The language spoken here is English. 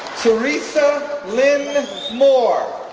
theresa lynn moore,